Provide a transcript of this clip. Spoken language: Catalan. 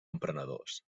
emprenedors